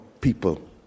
people